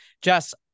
Jess